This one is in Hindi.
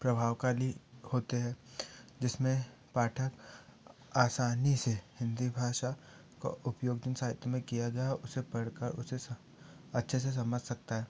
प्रभावकारी होते हैं जिसमें पाठक आसानी से हिन्दी भाषा का उपयोग हिन्दी साहित्य में किया गया है उसे पढ़ कर उसे स अच्छे से समझ सकता है